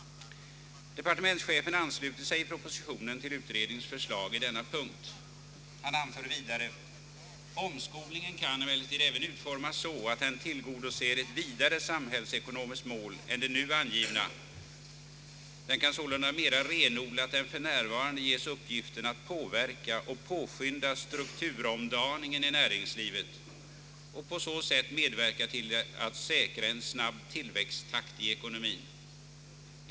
Departementschefen ansluter sig i propositionen till utredningens förslag i denna punkt. Departementschefen anför vidare: »Omskolningen kan emellertid även utformas så att den tillgodoser ett vidare samhällsekonomiskt mål än det nu angivna . Den kan sålunda mera renodlat än f. n. ges uppgiften att påverka och påskynda strukturomdaningen i näringslivet och på så sätt medverka till att säkra en snabb tillväxttakt i näringslivet och på så sätt medverka till att säkra en snabb tillväxttakt i ekonomien.